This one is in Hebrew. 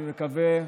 אני מקווה,